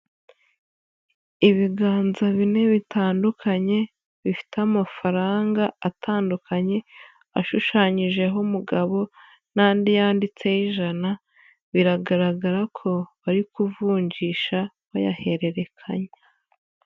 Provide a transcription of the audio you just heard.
Ibiganza bine bitandukanye bifite amafaranga atandukanye, ashushanyijeho umugabo n'andi yanditseho ijana, biragaragara ko bari kuvunjisha bayahererekanya.